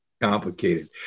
complicated